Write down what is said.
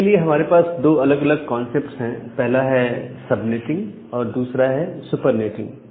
इसके लिए हमारे पास दो अलग अलग कॉन्सेप्ट्स है पहला है सबनेटिंग और दूसरा है सुपर्नेटिंग